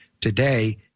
Today